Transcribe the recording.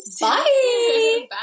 Bye